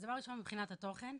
אז, דבר ראשון, מבחינת התוכן,